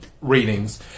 readings